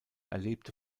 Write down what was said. erlebte